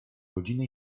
godzinę